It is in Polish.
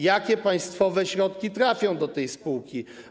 Jakie państwowe środki trafią do tej spółki?